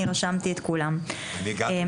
אני מבקשת